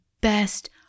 best